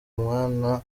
umwana